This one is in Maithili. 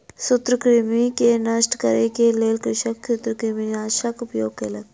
सूत्रकृमि के नष्ट करै के लेल कृषक सूत्रकृमिनाशकक उपयोग केलक